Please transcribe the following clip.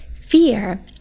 fear